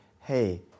hey